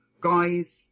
guys